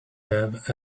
have